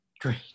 Great